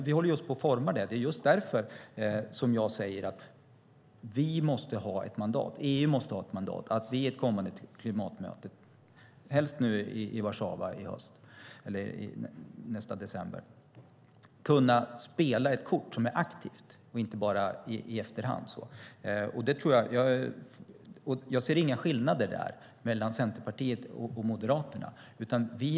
Vi håller på och formar den, och det är just därför jag säger att EU måste ha ett mandat att vid ett kommande klimatmöte, helst nu i Warszawa i december, kunna spela ut ett kort som är aktivt och inte bara gäller åtaganden i efterhand. Jag ser inga skillnader mellan Centerpartiets och Moderaternas hållning i detta.